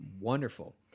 wonderful